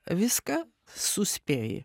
viską suspėji